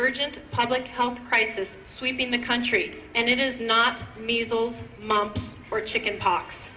urgent public health crisis sweeping the country and it is not measles mumps or chicken pox